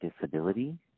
disability